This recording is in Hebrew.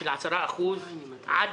אמרתי כאן בכנסת עשרות פעמים ואני אומר גם לך כי